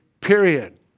period